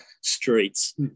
streets